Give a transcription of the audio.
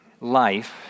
life